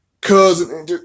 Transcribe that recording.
cousin